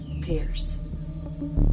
Pierce